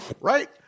Right